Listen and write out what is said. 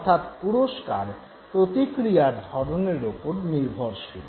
অর্থাৎ পুরস্কার প্রতিক্রিয়ার ধরণের ওপর নির্ভরশীল